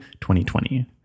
2020